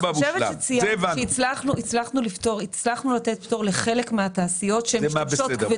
אני חושבת שהצלחנו לתת פטור לחלק מהתעשיות שהן משתמשות כבדות,